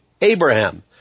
Abraham